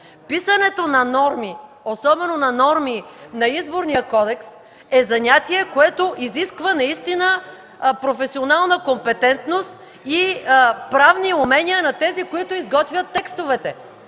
Писането на норми, особено на норми на Изборния кодекс, е занятие, което изисква наистина професионална компетентност и правни умения на тези, които изготвят текстовете.